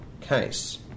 case